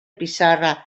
pissarra